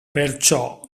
perciò